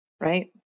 Right